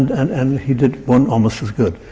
and and he did one almost as good.